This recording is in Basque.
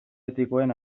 etikoen